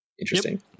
Interesting